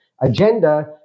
agenda